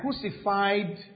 crucified